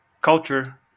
culture